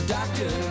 Doctor